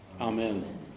Amen